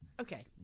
Okay